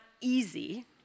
easy